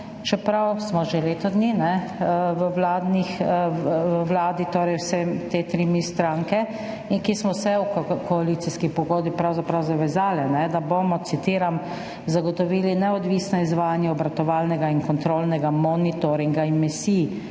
Čeprav smo že leto dni v vladi vse tri stranke, ki smo se v koalicijski pogodbi pravzaprav zavezale, da bomo, citiram, »zagotovili neodvisno izvajanje obratovalnega in kontrolnega monitoringa emisij.